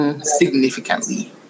significantly